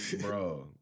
Bro